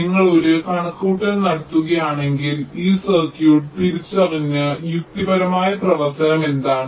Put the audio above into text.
നിങ്ങൾ ഒരു കണക്കുകൂട്ടൽ നടത്തുകയാണെങ്കിൽ ഈ സർക്യൂട്ട് തിരിച്ചറിഞ്ഞ യുക്തിപരമായ പ്രവർത്തനം എന്താണ്